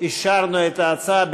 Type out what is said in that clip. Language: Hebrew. אישרנו את ההצעה.